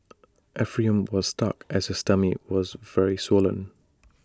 Ephraim was stuck as his tummy was very swollen